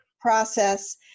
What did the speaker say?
process